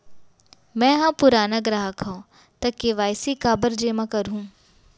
मैं ह पुराना ग्राहक हव त के.वाई.सी काबर जेमा करहुं?